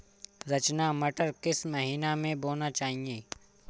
रचना मटर किस महीना में बोना चाहिए?